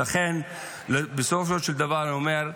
ואכן, בסופו של דבר אני אומר: